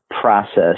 process